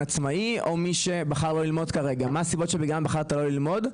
עצמאי או מי שבחר לא ללמוד כרגע מה הסיבות שבגללן בחרת לא ללמוד,